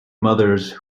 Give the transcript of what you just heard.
mothers